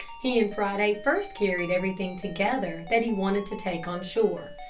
he and friday first carried everything together that he wanted to take on shore.